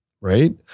Right